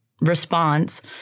response